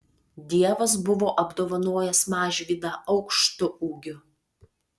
dievas buvo apdovanojęs mažvydą aukštu ūgiu